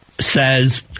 Says